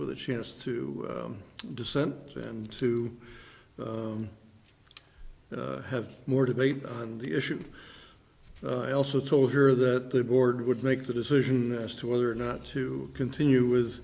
with a chance to dissent and to have more debate on the issue i also told her that the board would make the decision as to whether or not to continue w